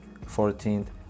Fourteenth